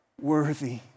worthy